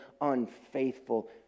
unfaithful